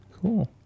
Cool